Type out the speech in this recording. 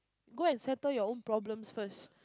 go and settle your own problems first